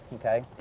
okay?